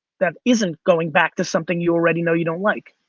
that isn't going back to something you already know you don't like?